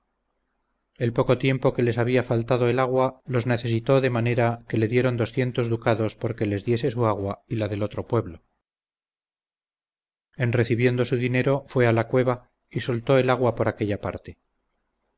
el poco tiempo que les había faltado el agua los necesitó de manera que le dieron doscientos ducados porque les diese su agua y la del otro pueblo en recibiendo su dinero fue a la cueva y soltó el agua por aquella parte